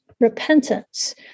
repentance